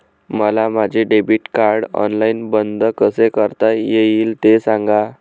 मला माझे debit card online बंद कसे करता येईल, ते सांगा